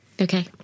Okay